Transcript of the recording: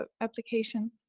Application